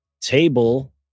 table